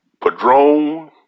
Padrone